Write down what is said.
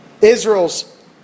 Israel's